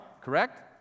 correct